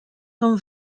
són